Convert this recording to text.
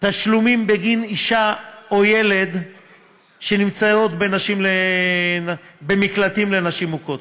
התשלומים בגין אישה או ילד שנמצאים במקלטים לנשים מוכות.